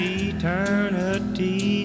eternity